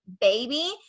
baby